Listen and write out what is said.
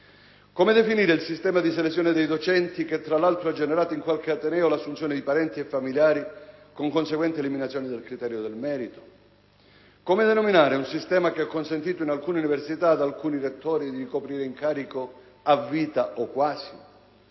Come definire il sistema di selezione dei docenti che, tra l'altro, ha generato in qualche ateneo l'assunzione di parenti e familiari con conseguente eliminazione del criterio del merito? Come denominare un sistema che ha consentito, in certe università, ad alcuni rettori di ricoprire l'incarico a vita o quasi?